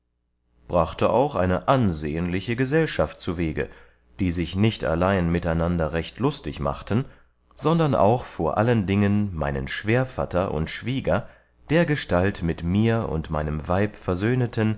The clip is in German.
brachte auch eine ansehenliche gesellschaft zuwege die sich nicht allein miteinander recht lustig machten sondern auch vor allen dingen meinen schwährvatter und schwieger dergestalt mit mir und meinem weib